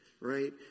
right